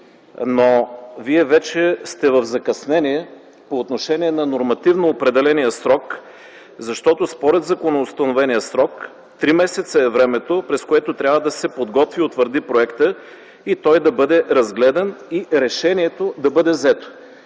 но Вие вече сте в закъснение по отношение на нормативно определения срок. Според законоустановения срок три месеца е времето, през което трябва да се подготви и утвърди проектът и той да бъде разгледан и решението да бъде взето,